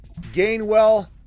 Gainwell